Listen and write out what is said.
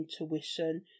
intuition